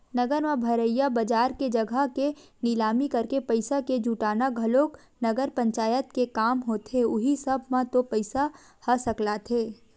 नगर म भरइया बजार के जघा के निलामी करके पइसा के जुटाना घलोक नगर पंचायत के काम होथे उहीं सब म तो पइसा ह सकलाथे